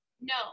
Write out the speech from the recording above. No